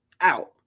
out